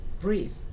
breathe